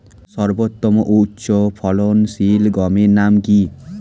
সর্বোত্তম ও উচ্চ ফলনশীল গমের নাম কি?